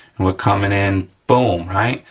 and we're coming in, boom, right?